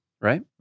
Right